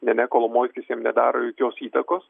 ne ne kolomoiskis jam nedaro jokios įtakos